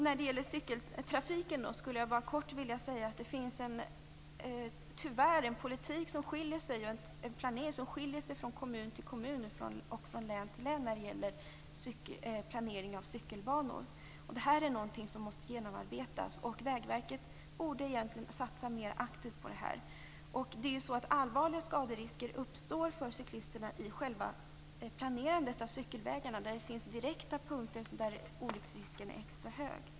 När det gäller cykeltrafiken skulle jag bara kort vilja säga att trafikpolitiken och planeringen av cykelbanor tyvärr skiljer sig från kommun till kommun och från län till län. Detta är någonting som måste genomarbetas. Vägverket borde egentligen satsa mer aktivt på detta. Allvarliga skaderisker uppstår för cyklisterna på grund av själva planeringen av cykelvägarna, och det finns direkta punkter där olycksrisken är extra stor.